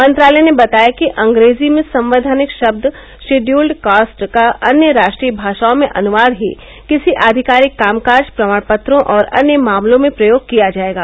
मंत्रालय ने बताया कि अंग्रेजी में संवैघानिक शब्द शिड्यूल्ड कास्ट का अन्य राष्ट्रीय भाषाओं में अनुवाद ही किसी आधिकारिक कामकाज प्रमाण पत्रों और अन्य मामलों में प्रयोग किया जायेगा